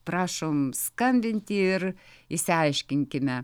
prašom skambinti ir išsiaiškinkime